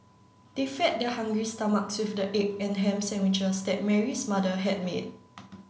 they fed their hungry stomachs with the egg and ham sandwiches that Mary's mother had made